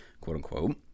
quote-unquote